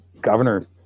governor